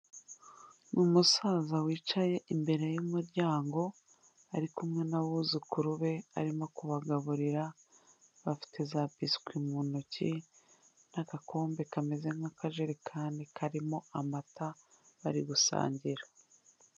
Umusaza wicaye imbere y'umuryango, ari kumwe n'abuzukuru be arimo kubagaburira, bafite za biswi mu ntoki n'agakombe kameze nk'akajerekani karimo amata, bari gusangira.